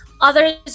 others